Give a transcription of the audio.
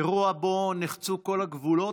אירוע שבו נחצו כל הגבולות.